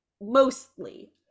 mostly